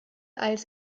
als